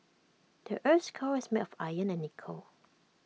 the Earth's core is made of iron and nickel